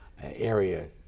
area